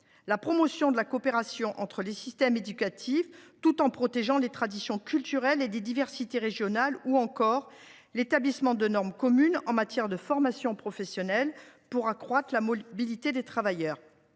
la promotion de la coopération entre les systèmes éducatifs, tout en protégeant les traditions culturelles et les diversités régionales ; ou encore, l’établissement de normes communes en matière de formation professionnelle pour accroître la mobilité des travailleurs.